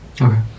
Okay